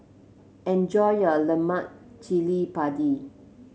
enjoy your Lemak Cili Padi